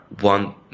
one